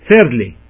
Thirdly